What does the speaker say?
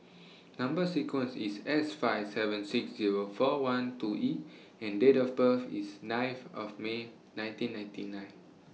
Number sequence IS S five seven six Zero four one two E and Date of birth IS ninth of May nineteen ninety nine